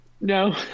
No